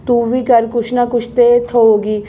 तूं बी कर कुछ ना कुछ ते थ्होगी